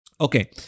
Okay